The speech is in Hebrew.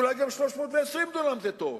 ואולי גם 320 דונם זה טוב,